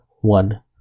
one